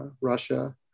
Russia